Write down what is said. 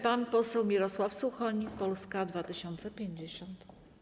Pan poseł Mirosław Suchoń, Polska 2050.